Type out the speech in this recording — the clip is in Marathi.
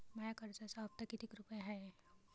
माया कर्जाचा हप्ता कितीक रुपये हाय?